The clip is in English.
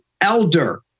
elder